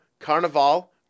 Carnival